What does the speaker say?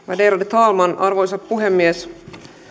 värderade talman arvoisa puhemies